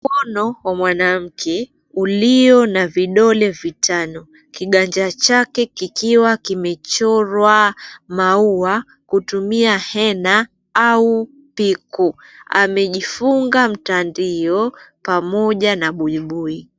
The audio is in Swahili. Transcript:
Mkono wa mwanamke ulio na vidole vitano kiganja chake kikiwa kimechorwa maua kutumia hena au piku. Amejifunga mtandio pamoja na buibui.